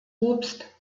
obst